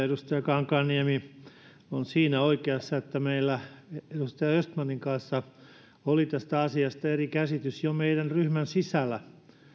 edustaja kankaanniemi on siinä oikeassa että meillä edustaja östmanin kanssa oli tästä asiasta eri käsitys jo meidän ryhmämme sisällä